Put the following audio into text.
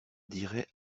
dirait